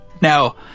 Now